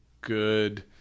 good